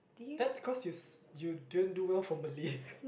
that's cause you~ you didn't do well for Malay